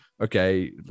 okay